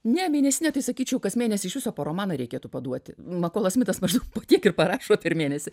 ne mėnesinė tai sakyčiau kas mėnesį iš viso po romaną reikėtų paduoti makolas smitas maždaug po tiek ir parašo per mėnesį